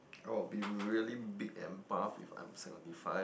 I'll be really big and buff if I'm seventy five